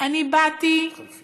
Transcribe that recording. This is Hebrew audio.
אני באתי